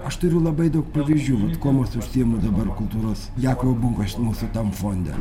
aš turiu labai daug pavyzdžių vat kuom aš užsiimu dabar kultūros jakovo bugos mūsų tam fonde